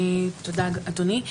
תודה אדוני.